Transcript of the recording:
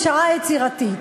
פשרה יצירתית.